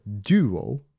duo